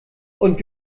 und